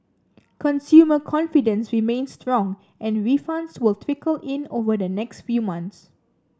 consumer confidence remains strong and refunds will trickle in over the next few months